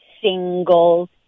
single